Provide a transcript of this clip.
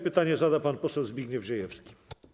Pytanie zada pan poseł Zbigniew Ziejewski.